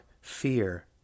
Fear